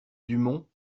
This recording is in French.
dumont